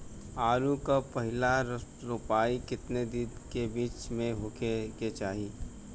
आलू क पहिला रोपाई केतना दिन के बिच में होखे के चाही?